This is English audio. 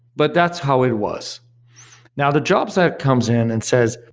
but that's how it was now the job site comes in and says,